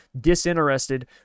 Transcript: disinterested